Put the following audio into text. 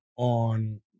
On